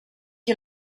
you